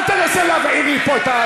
אל תנסה להבעיר לי פה.